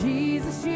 Jesus